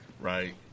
right